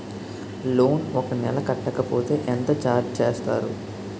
Loan ఒక నెల కట్టకపోతే ఎంత ఛార్జ్ చేస్తారు?